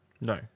No